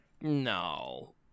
No